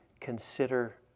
consider